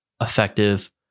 effective